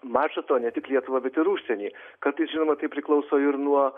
maža to ne tik lietuvą bet ir užsienį kartais žinoma tai priklauso ir nuo